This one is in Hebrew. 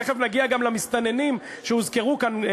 תכף נדבר גם על המסתננים שהוזכרו כאן,